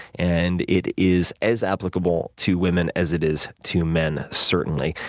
and it is as applicable to women as it is to men certainly.